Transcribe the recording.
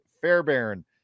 Fairbairn